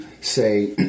say